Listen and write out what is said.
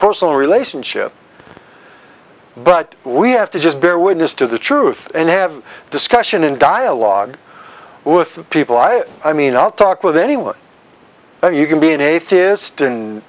personal relationship but we have to just bear witness to the truth and have a discussion and dialogue with people i i mean i'll talk with anyone you can be an atheist